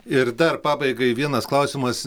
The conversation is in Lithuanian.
ir dar pabaigai vienas klausimas